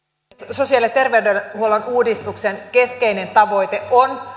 sosiaali ja terveydenhuollon uudistuksen keskeinen tavoite on